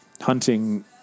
hunting